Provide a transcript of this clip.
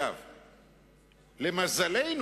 למזלנו,